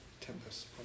Tempest